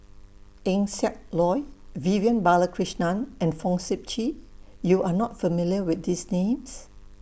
Eng Siak Loy Vivian Balakrishnan and Fong Sip Chee YOU Are not familiar with These Names